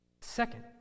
Second